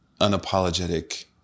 unapologetic